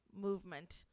movement